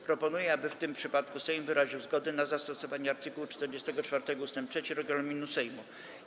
Proponuję, aby w tym przypadku Sejm wyraził zgodę na zastosowanie art. 44 ust. 3 regulaminu Sejmu.